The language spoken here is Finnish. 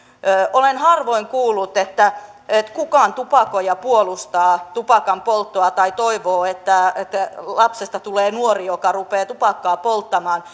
olen harvoin kuullut että kukaan tupakoija puolustaa tupakanpolttoa tai toivoo että että lapsesta tulee nuori joka rupeaa tupakkaa polttamaan